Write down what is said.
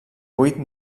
buit